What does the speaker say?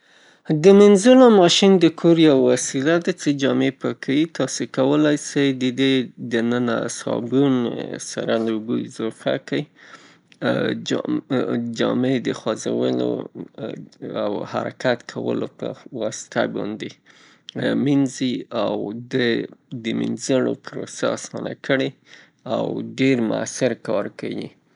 د مینځلو ماشین د کور یوه وسیله ده چه جامې پاکیي، تاسې کولای د دې دننه صابون سره د اوبه اضافه کړئ، جا جامې د حرکت یا خوځولو په واسطه باندې مینځي او د منیځلو پروسه یې اسانه کړې او ډیر موثر کار کیی.